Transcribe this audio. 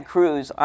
Cruz